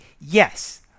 Yes